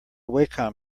wacom